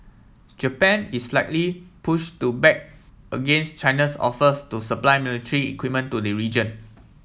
Japan is likely push to back against China's offers to supply military equipment to the region